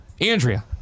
Andrea